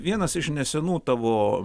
vienas iš nesenų tavo